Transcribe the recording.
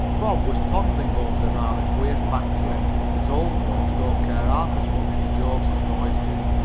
bob was pondering over the rather queer fact to him that old folks don't care half as much for jokes as boys do,